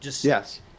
Yes